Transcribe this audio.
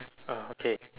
uh okay